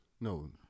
No